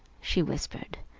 she whispered,